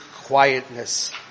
quietness